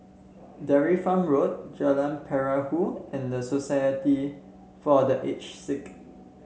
Dairy Farm Road Jalan Perahu and the Society for The Aged Sick